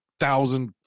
thousand